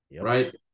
right